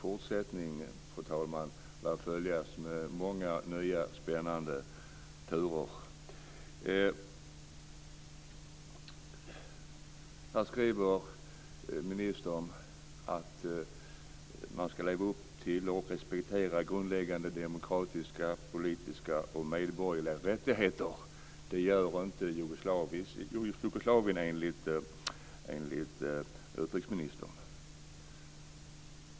Fortsättning, fru talman, lär följa, med många nya spännande turer. Här skriver ministern att man ska leva upp till och respektera grundläggande demokratiska, politiska och medborgerliga rättigheter. Det gör inte Jugoslavien enligt utrikesministern.